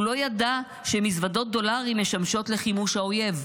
הוא לא ידע שמזוודות דולרים משמשות לחימוש האויב,